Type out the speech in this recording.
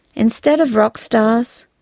instead of rock stars,